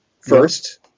first